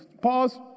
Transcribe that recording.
pause